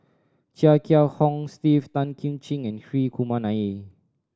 Chia Kiah Hong Steve Tan Kim Ching and Hri Kumar Nair